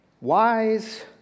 wise